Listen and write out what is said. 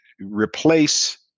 replace